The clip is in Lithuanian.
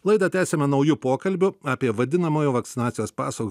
laidą tęsiame nauju pokalbiu apie vadinamojo vakcinacijos paso